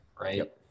right